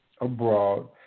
abroad